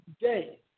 day